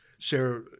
Sarah